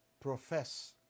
profess